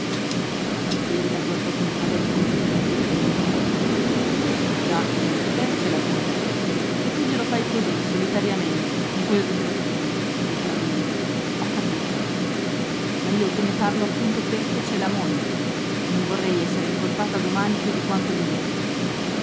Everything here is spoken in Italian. valpieri la guardò con un'aria di commiserazione derisoria già per te c'è la moglie e tu glielo fai così solitariamente con quel ritrattino il tradimento ho capito ma io te ne parlo appunto perché c'è la moglie e non vorrei essere incolpata domani più di quanto mi merito